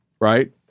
right